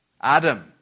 Adam